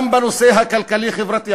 גם בנושא הכלכלי-חברתי,